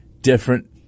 different